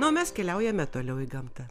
na o mes keliaujame toliau į gamtą